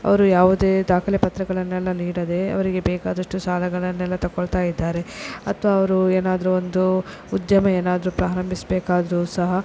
ಅವರು ಯಾವುದೇ ದಾಖಲೆ ಪತ್ರಗಳನ್ನೆಲ್ಲ ನೀಡದೆ ಅವರಿಗೆ ಬೇಕಾದಷ್ಟು ಸಾಲಗಳನ್ನೆಲ್ಲ ತಕ್ಕೊಳ್ತಾ ಇದ್ದಾರೆ ಅಥವಾ ಅವರು ಏನಾದರೂ ಒಂದು ಉದ್ಯಮ ಏನಾದರೂ ಪ್ರಾರಂಭಿಸಬೇಕಾದರೂ ಸಹ